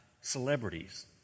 celebrities